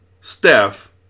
Steph